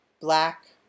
black